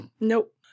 nope